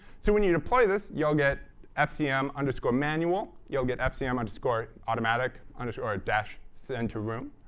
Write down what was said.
so when you deploy this you'll get fcm underscore manual. you'll get fcm underscore automatic, underscore ah dash send to room.